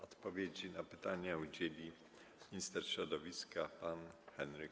Odpowiedzi na pytania udzieli minister środowiska pan Henryk